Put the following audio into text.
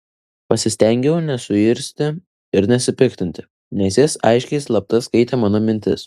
pasistengiau nesuirzti ir nesipiktinti nes jis aiškiai slapta skaitė mano mintis